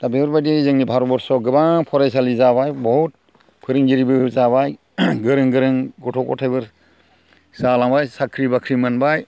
दा बेफोरबायदि जोंनि भारत बरस'आव गोबां फरायसालि जाबाय बहुद फोरोंगिरिबो जाबाय गोरों गोरों गथ' गथाइफोर जालांबाय साख्रि बाख्रि मोनबाय